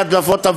מהדלפות הוועדה,